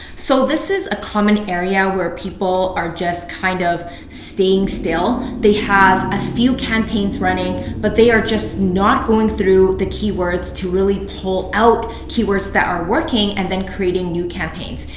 so this is a common area where people are just kind of staying still. they have a few campaigns running but they are just not going through the keywords to really pull out keywords that are working and then creating new campaigns.